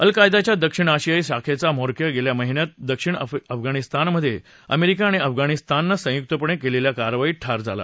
अल कायदाच्या दक्षिण आशियाई शाखेचा म्होरक्या गेल्या महिन्यात दक्षिण अफगाणिस्तानमध्ये अमेरिका आणि अफगाणिस्तानन संयुक्तपणे केलेल्या कारवाईत ठार झाला